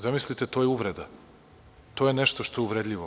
Zamislite, to je uvreda, to je nešto što je uvredljivo.